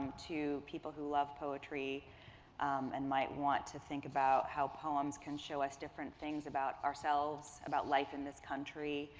to people who love poetry and might want to think about how poems can show us different things about ourselves, about life in this country,